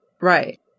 Right